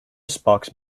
sparks